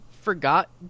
forgot